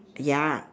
ya